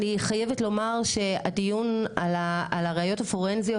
אני חייבת לומר שהדיון על הראיות הפורנזיות,